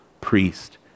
priest